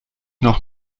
noch